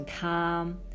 calm